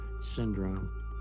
syndrome